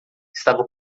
estava